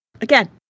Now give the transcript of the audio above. again